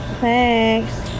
thanks